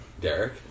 Derek